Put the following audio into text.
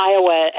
Iowa